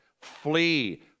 Flee